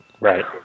Right